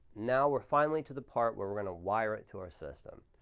now we're finally to the part where we're going to wire it to our system.